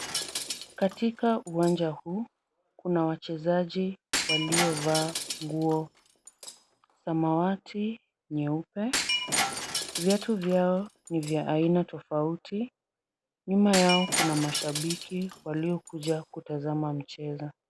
Katika uwanja huu, kuna wachezaji waliovaa nguo samawati, nyeupe. Viatu vyao ni vya aina tofauti. Nyuma yao kuna mashabiki waliokuja kutazama mchezo.